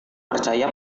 percaya